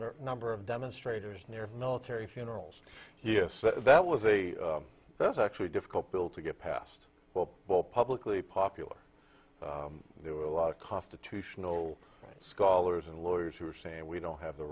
number of demonstrators near military funerals yes that was a that's actually difficult bill to get past the ball publicly popular there were a lot of constitutional scholars and lawyers who are saying we don't have the